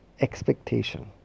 expectation